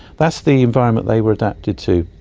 that's the environment they were adapted to.